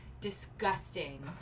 disgusting